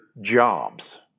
jobs